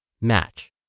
match